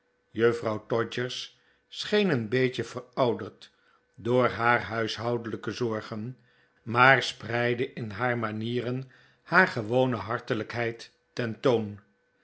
juffrouw todgers scheen een beetje verouderd door haar huishoudelijke zorgen maar spreidde in haar manieren haar gewone hartelijkheid ten toon